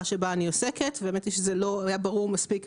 שבה אני עוסקת והאמת היא שזה לא היה ברור מספיק,